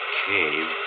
cave